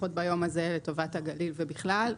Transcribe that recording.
לפחות ביום הזה, לטובת הגליל ובכלל.